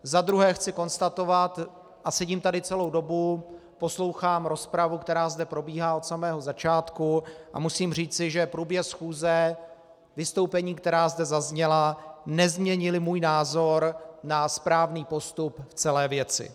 Za druhé chci konstatovat, a sedím tady celou dobu, poslouchám rozpravu, která zde probíhá, od samého začátku, a musím říci, že průběh schůze, vystoupení, která zde zazněla, nezměnila můj názor na správný postup v celé věci.